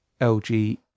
LG